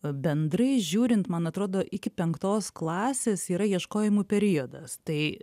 bendrai žiūrint man atrodo iki penktos klasės yra ieškojimų periodas tai